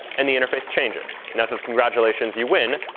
and the interface changes. nothing congratulations you win